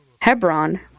Hebron